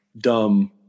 dumb